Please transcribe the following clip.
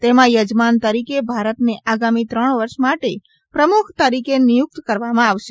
તેમાં યજમાન તરીકે ભારતને આગામી ત્રણ વર્ષ માટે પ્રમુખ તરીકે નિયુક્ત કરવામાં આવશે